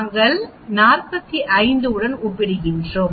நாங்கள் 45 உடன் ஒப்பிடுகிறோம்